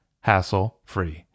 hassle-free